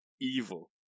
evil